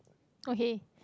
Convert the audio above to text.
okay